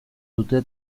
dute